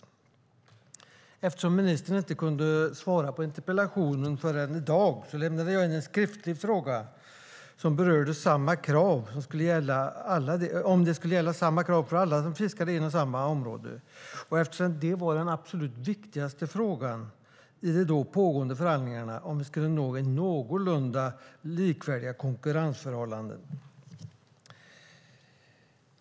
På grund av att ministern inte kunde svara på interpellationen förrän i dag lämnade jag in en skriftlig fråga som berörde om samma krav skulle gälla för alla som fiskade inom samma område, eftersom det var den absolut viktigaste frågan i de då pågående förhandlingarna om vi skulle nå någorlunda likvärdiga konkurrensförhållanden.